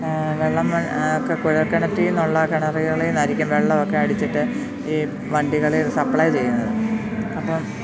വെള്ളം ഒക്കെ കുഴല്ക്കിണറില് നിന്നുള്ള കിണറുകളില് നിന്നായിരിക്കും വെള്ളമൊക്കെ അടിച്ചിട്ട് ഈ വണ്ടികളിൽ സപ്ലൈ ചെയ്യുന്നത് അപ്പം